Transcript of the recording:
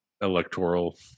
electoral